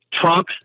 Trump